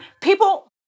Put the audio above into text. people